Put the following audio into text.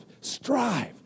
strive